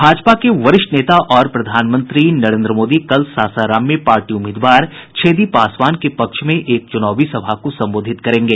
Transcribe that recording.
भाजपा के वरिष्ठ नेता और प्रधानमंत्री नरेन्द्र मोदी कल सासाराम में पार्टी उम्मीदवार छेदी पासवान के पक्ष में एक चुनावी सभा को संबोधित करेंगे